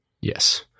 Yes